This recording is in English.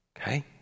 Okay